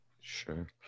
Sure